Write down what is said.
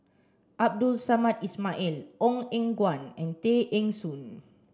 Abdul Samad Ismail Ong Eng Guan and Tay Eng Soon